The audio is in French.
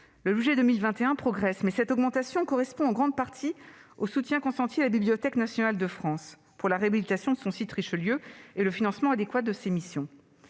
le budget 2021 progresse, mais cette augmentation correspond en grande partie au soutien consenti à la Bibliothèque nationale de France pour la réhabilitation du site Richelieu et le financement adéquat de ses missions.